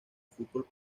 fútbol